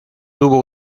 tuvo